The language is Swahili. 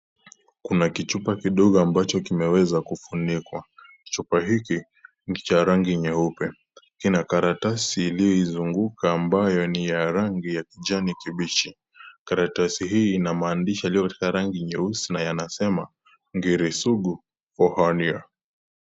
Kuna kichupa kidogo ambacho kimeweza kufunikwa. Chupa hiki ni cha rangi nyeupe. Kina karatasi iliyoizunguka ambayo ni ya rangi ya kijani kibichi. Karatasi hii ina maandishi iliyo katika rangi nyeusi na yanasema "Ngiri sugu for Hernira".